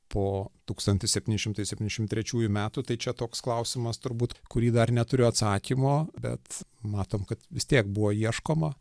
po tūkstantis septyni šimtai septyniasdešimt trečiųjų metų tai čia toks klausimas turbūt į kurį dar neturiu atsakymo bet matom kad vis tiek buvo ieškoma